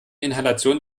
inhalation